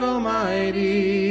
Almighty